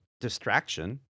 distraction